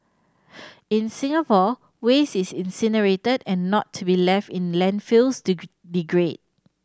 in Singapore waste is incinerated and not to be left in landfills to degrade